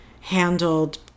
handled